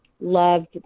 loved